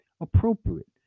appropriate